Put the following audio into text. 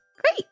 Great